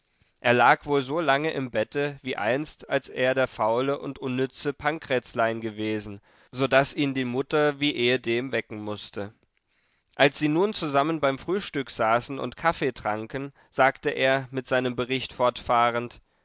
er lag wohl so lange im bette wie einst als er der faule und unnütze pankräzlein gewesen so daß ihn die mutter wie ehedem wecken mußte als sie nun zusammen beim frühstück saßen und kaffee tranken sagte er mit seinem bericht fortfahrend